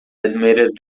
admitted